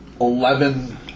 eleven